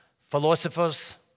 philosophers